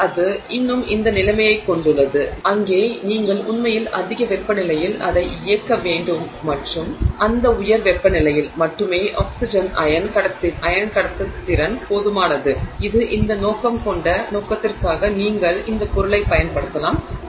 அது இன்னும் இந்த நிலைமையைக் கொண்டுள்ளது அங்கே நீங்கள் உண்மையில் அதிக வெப்பநிலையில் அதை இயக்க வேண்டும் மற்றும் அந்த உயர் வெப்பநிலையில் மட்டுமே ஆக்ஸிஜன் அயன் கடத்துத்திறன் போதுமானது இது இந்த நோக்கம் கொண்ட நோக்கத்திற்காக நீங்கள் இந்த பொருளைப் பயன்படுத்தலாம்